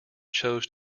chose